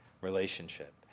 relationship